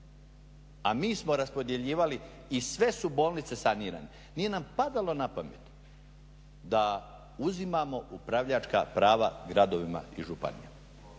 a mi smo raspodjeljivali i sve su bolnice sanirane, nije nam padalo na pamet da uzimamo upravljačka prava gradovima i županijama,